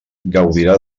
gaudirà